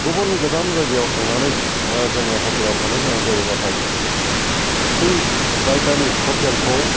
गुबुन गोजान जायगायाव थांनानै ओ जोङो हटेलाव थांनो गोनां जायोब्लाथाय बै जायगानि हटेलखौ